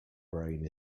brain